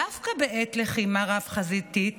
דווקא בעת לחימה רב-חזיתית,